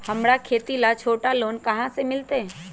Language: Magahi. हमरा खेती ला छोटा लोने कहाँ से मिलतै?